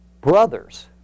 brothers